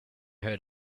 heard